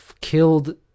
killed